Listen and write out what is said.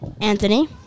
Anthony